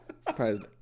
surprised